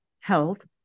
health